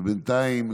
בינתיים,